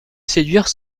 séduire